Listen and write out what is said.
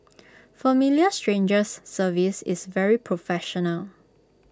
familiar strangers service is very professional